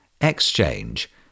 exchange